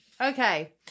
Okay